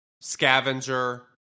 Scavenger